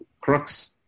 crux